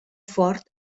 fort